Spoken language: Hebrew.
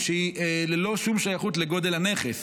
שהיא ללא שום שייכות לגודל הנכס,